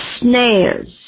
snares